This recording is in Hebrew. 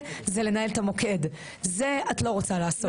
זה לנהל את המוקד, את זה את לא רוצה לעשות.